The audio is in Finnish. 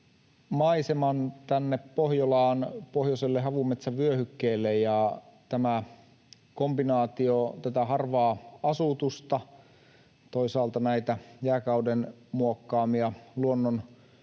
maiseman tänne Pohjolaan, pohjoiselle havumetsävyöhykkeelle. Tämä kombinaatio tätä harvaa asutusta, toisaalta näitä jääkauden muokkaamia luonnon